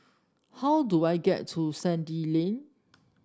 how do I get to Sandy Lane